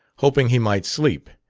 hoping he might sleep,